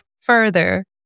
further